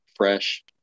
fresh